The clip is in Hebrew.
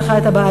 יש לך בעיה,